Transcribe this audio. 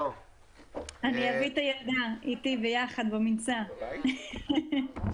ואמרתי את זה למגדלים ולכל מי ששאל, מכסה